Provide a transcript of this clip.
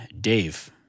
Dave